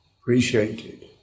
appreciated